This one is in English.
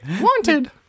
Wanted